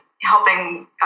helping